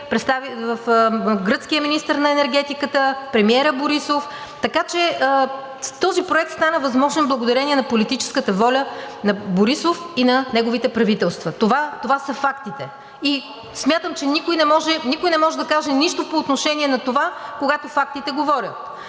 комисия, гръцкия министър на енергетиката, премиера Борисов. Така че този проект стана възможен благодарение на политическата воля на Борисов и на неговите правителства. Това са фактите и смятам, че никой не може да каже нищо по отношение на това, когато фактите говорят.